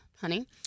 honey